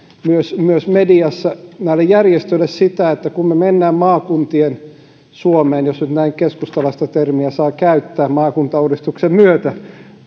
myös myös mediassa näille järjestöille että kun me menemme maakuntien suomeen jos nyt näin keskustalaista termiä saa käyttää maakuntauudistuksen myötä